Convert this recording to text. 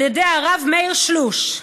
על ידי הרב מאיר שלוש: